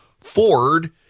Ford